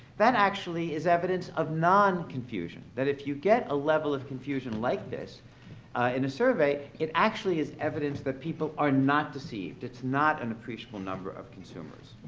that actually is evidence of non-confusion, that if you get a level of confusion like this in a survey, it actually is evidence that people are not deceived. it's not an appreciable number of consumers.